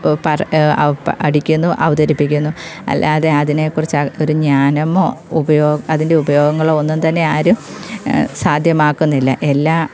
പർ അ പഠിക്കുന്നു അവതരിപ്പിക്കുന്നു അല്ലാതെ അതിനേക്കുറിച്ച് ഒരു ജ്ഞാനമോ ഉപയോ അതിൻറ്റെ ഉപയോഗങ്ങളോ ഒന്നും തന്നെ ആരും സാധ്യമാക്കുന്നില്ല എല്ലാ